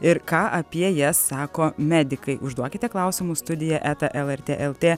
ir ką apie jas sako medikai užduokite klausimus studija eta lrt lt